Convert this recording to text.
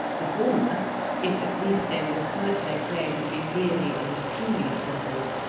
the former if at least they would assert their claim to be really and truly circles,